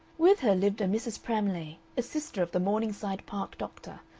with her lived a mrs. pramlay, a sister of the morningside park doctor,